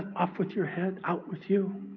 off with your head, out with you.